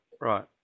right